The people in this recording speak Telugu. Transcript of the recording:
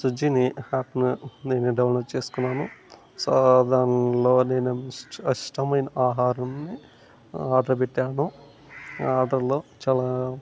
సుజిని యాప్ని నేనే డౌన్లోడ్ చేసుకున్నాను సో దానిలో నేను ఇష్టమైన ఆహారంని ఆర్డర్ పెట్టాను ఆ ఆర్డర్లో చాలా